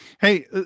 Hey